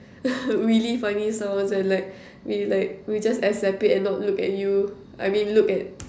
really funny sounds and like we like we just accept it and not look at you I mean look at